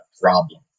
problem